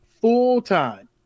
full-time